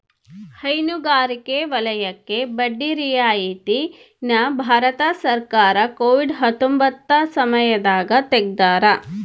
ಹೈನುಗಾರಿಕೆ ವಲಯಕ್ಕೆ ಬಡ್ಡಿ ರಿಯಾಯಿತಿ ನ ಭಾರತ ಸರ್ಕಾರ ಕೋವಿಡ್ ಹತ್ತೊಂಬತ್ತ ಸಮಯದಾಗ ತೆಗ್ದಾರ